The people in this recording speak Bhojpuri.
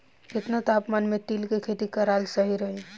केतना तापमान मे तिल के खेती कराल सही रही?